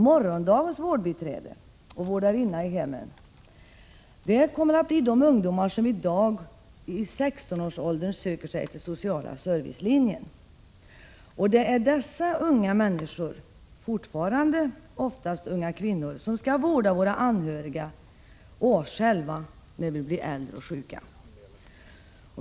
Morgondagens vårdbiträden och vårdarinnor i hemmen kommer att bli de ungdomar som i dag i 16-årsåldern söker sig till servicelinjen. Det är dessa unga människor — fortfarande ofta unga kvinnor — som skall vårda våra anhöriga och oss själva, när vi blir äldre och sjuka.